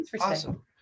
Awesome